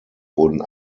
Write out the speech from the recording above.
wurden